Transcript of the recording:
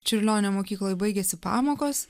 čiurlionio mokykloj baigiasi pamokos